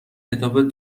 کتاب